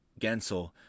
Gensel